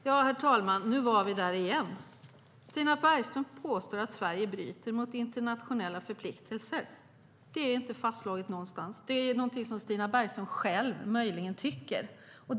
Herr talman! Nu var vi där igen! Stina Bergström påstår att Sverige bryter mot internationella förpliktelser. Men det är inte fastslaget någonstans, utan det är möjligen något som Stina Bergström tycker själv.